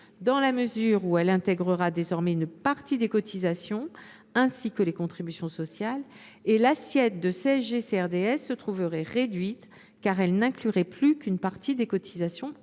dans la mesure où elle intégrerait désormais une partie des cotisations ainsi que les contributions sociales, tandis que l’assiette de CSG CRDS se trouverait réduite, car elle n’inclurait plus qu’une partie, et non la totalité,